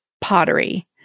pottery